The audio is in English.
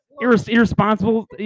Irresponsible